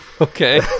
okay